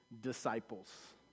disciples